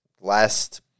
Last